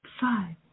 five